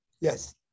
yes